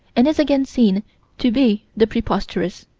and is again seen to be the preposterous.